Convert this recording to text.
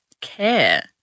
care